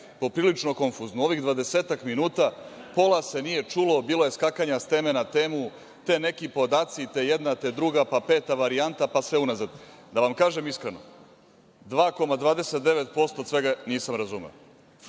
poprilično konfuzno. Od ovih dvadesetak minuta pola se nije čulo, bilo je skakanja s teme na temu, te neki podaci, te jedna, te druga, pa peta varijanta, pa sve unazad. Da vam kažem iskreno, 2,29% od svega nisam razumeo,